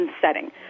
setting